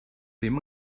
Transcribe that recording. ddim